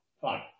Fine